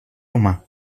humà